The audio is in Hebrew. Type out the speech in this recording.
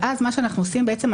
ואז מה שאנחנו עושים בעצם,